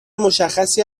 مشخصی